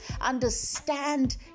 Understand